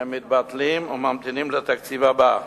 הם מתבטלים, וממתינים לתקציב הבא.